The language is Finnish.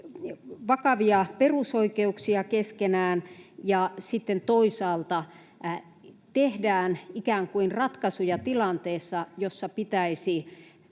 vakavia perusoikeuksia keskenään ja sitten toisaalta tehdään ikään kuin ratkaisuja tilanteessa, jossa pitäisi